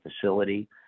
facility